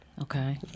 Okay